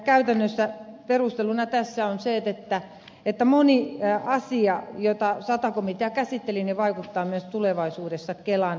käytännössä perusteluna tässä on se että moni asia jota sata komitea käsitteli vaikuttaa myös tulevaisuudessa kelan toimintaan